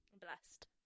blessed